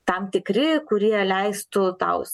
tam tikri kurie leistų tau